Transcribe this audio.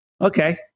okay